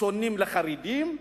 שונות לחריגים,